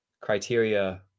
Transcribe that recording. criteria